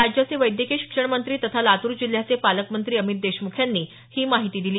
राज्याचे वैद्यकीय शिक्षण मंत्री तथा लातूर जिल्ह्याचे पालकमंत्री अमित देशमुख यांनी ही माहिती दिली